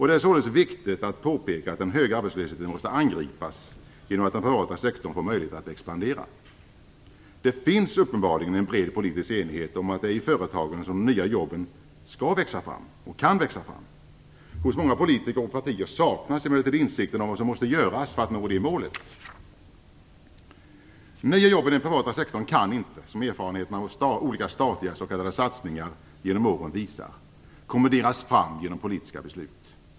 Det är således viktigt att påpeka att den höga arbetslösheten måste angripas genom att den privata sektorn får möjlighet att expandera. Det finns uppenbarligen en bred politisk enighet om att det är i företagen som de nya jobben skall och kan växa fram. Hos många politiker och partier saknas emellertid insikten om vad som behöver göras för att nå målet. Nya jobb i den privata sektorn kan inte, som erfarenheterna av olika statliga s.k. satsningar genom åren visar, kommenderas fram genom politiska beslut.